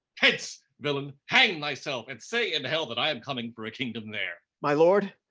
hence villain, hang thyself, and say in hell that i am coming for a kingdom there. my lord,